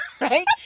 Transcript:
Right